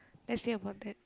let's see about that